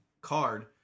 card